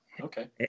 Okay